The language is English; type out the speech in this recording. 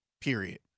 period